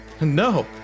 No